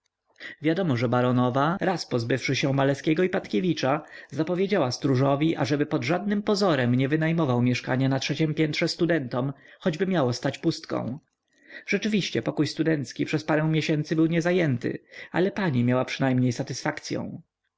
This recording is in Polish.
wiadomo że baronowa raz pozbywszy się maleskiego i patkiewicza zapowiedziała stróżowi ażeby pod żadnym pozorem nie wynajmował mieszkania na trzeciem piętrze studentom choćby miało stać pustką rzeczywiście pokój studencki przez parę miesięcy był niezajęty ale pani miała przynajmniej satysfakcyą